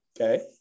Okay